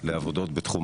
לעבודות בתחום